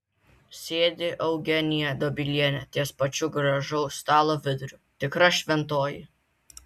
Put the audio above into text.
sėdi eugenija dobilienė ties pačiu gražaus stalo viduriu tikra šventoji